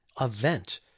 event